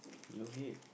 your head